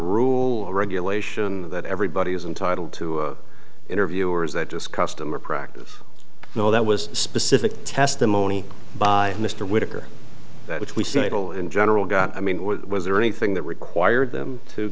or regulation that everybody is entitled to interview or is that just customer practive no that was specific testimony by mr whitaker which we settle in general got i mean was there anything that required them to